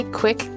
quick